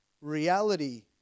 reality